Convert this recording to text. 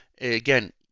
Again